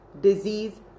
disease